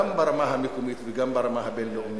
גם ברמה המקומית וגם ברמה הבין-לאומית,